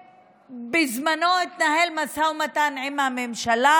בזמנו התנהל משא ומתן עם הממשלה.